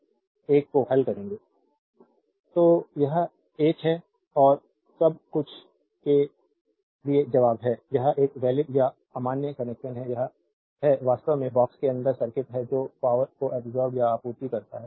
slide time देखें 3316 तो यह एक है और सब कुछ के लिए जवाब है यह एक वैलिड या अमान्य कनेक्शन है यह वास्तव में बॉक्स के अंदर सर्किट है जो पावरको अब्सोर्बेद या आपूर्ति करता है